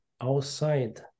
outside